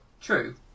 True